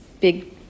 Big